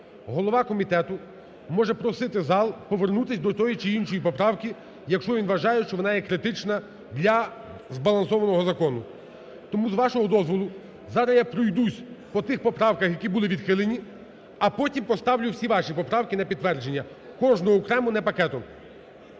голова комітету може просити зал повернутись до тої чи іншої поправки, якщо він вважає, що вона є критична для збалансованого закону. Тому, з вашого дозволу, зараз я пройдусь по тих поправках, які були відхилені, а потім поставлю всі ваші поправки на підтвердження, кожну окремо, а не пакетом.